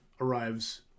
arrives